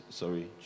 sorry